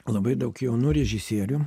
labai daug jaunų režisierių